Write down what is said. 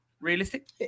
realistic